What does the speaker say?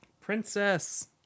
Princess